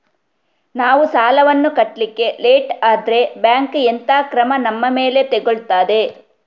ನಾವು ಸಾಲ ವನ್ನು ಕಟ್ಲಿಕ್ಕೆ ಲೇಟ್ ಆದ್ರೆ ಬ್ಯಾಂಕ್ ಎಂತ ಕ್ರಮ ನಮ್ಮ ಮೇಲೆ ತೆಗೊಳ್ತಾದೆ?